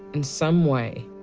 in some way,